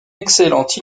excellente